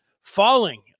Falling